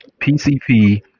PCP